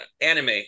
anime